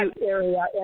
area